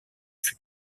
fut